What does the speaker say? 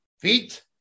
feet